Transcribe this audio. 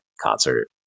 concert